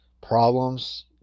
problems